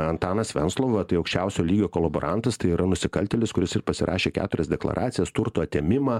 antanas venclova tai aukščiausio lygio kolaborantas tai yra nusikaltėlis kuris ir pasirašė keturias deklaracijas turto atėmimą